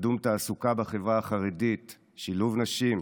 קידום תעסוקה בחברה החרדית, שילוב נשים,